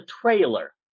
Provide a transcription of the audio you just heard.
trailer